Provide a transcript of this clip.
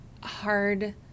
hard